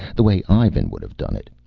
the way ivan would have done it.